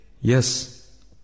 Yes